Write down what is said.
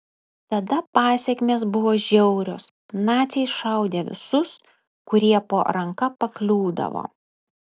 tada pasekmės buvo žiaurios naciai šaudė visus kurie po ranka pakliūdavo